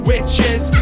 Witches